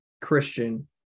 Christian